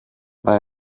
mae